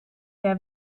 der